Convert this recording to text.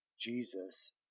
Jesus